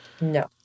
No